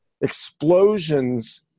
explosions